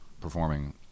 performing